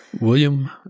William